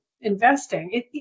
investing